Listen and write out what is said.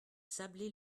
sablés